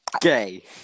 gay